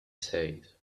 said